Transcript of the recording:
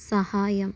സഹായം